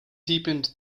deepened